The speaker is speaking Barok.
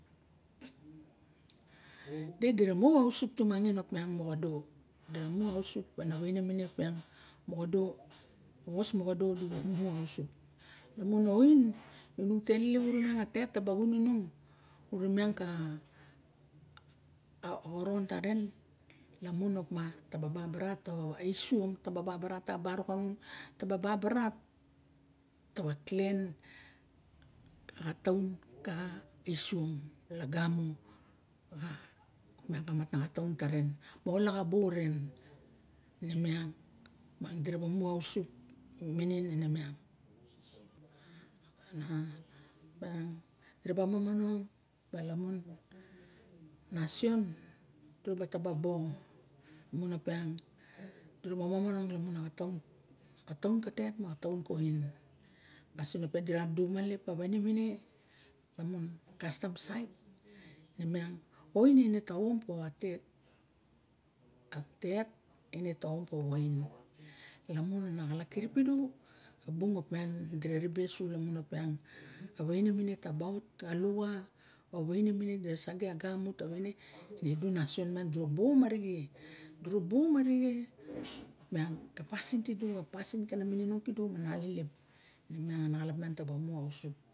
De dira mu ausup opa mo xa do du ausup ara waine mine opiang a was moxa do di bu ausp oin nung ta elep urumiang atet taba xun inung miang ka xoron tarn lamun opa taba babarat e isuom tuba baba rat towa barok kanung taba barat tawa klen ka xataun tarn ma olaxa bo ren nemiang mu asup minin miang duraba mimonong ma lamun nasioion fura ba taba bo lamun opian diraba dira diolu ma lep a kastam sait nemiang oin ine ta om pawa tet atet ine ta ow pawa oin lamun ana xalap kirip pidu a bun opiang dira ribe su opiang a waine mine taba at ka luxa o waine mine taba sage gamut idu nasion dibu om arixe du bu om miang ka pasin tida xa pasin xa pasin ka mininong kidu mo na cilap miang taba mu alelep